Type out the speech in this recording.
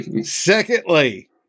Secondly